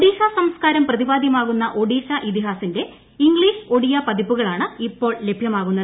ഒഡീഷ സംസ്കാരം പ്രതിപാദ്യമാകുന്ന ഒഡീഷ ഇതിഹാസിന്റെ ഇംഗ്ലീഷ് ഒഡിയ പതിപ്പുകളാണ് ഇപ്പോൾ ലഭ്യമാകുന്നത്